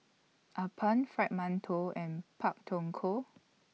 Appam Fried mantou and Pak Thong Ko